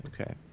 Okay